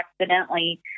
accidentally